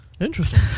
Interesting